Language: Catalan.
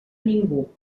ningú